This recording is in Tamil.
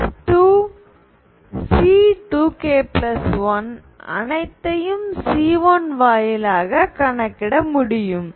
C2k1 அனைத்தையும் C1 வாயிலாக கணக்கிட முடியும்